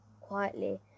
quietly